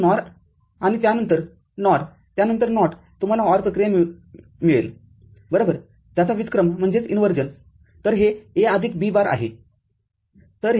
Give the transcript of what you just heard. तर NOR आणि त्यानंतर NOR त्यानंतर NOT तुम्हाला OR प्रक्रिया मिळेल बरोबर त्याचा व्युत्क्रमतर हे A आदिक B बारआहे